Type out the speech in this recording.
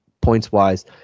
points-wise